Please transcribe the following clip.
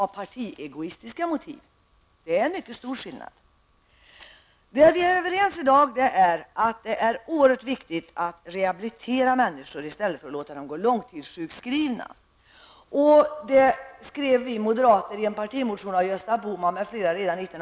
Vi är i dag överens om att det är oerhört viktigt att rehabilitera människor i stället för att låta dem gå långtidssjukskrivna. Det skrev vi moderater i en partimotion, undertecknad av Gösta Bohman m.fl., redan 1981/82.